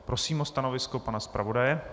Prosím o stanovisko pana zpravodaje.